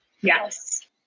Yes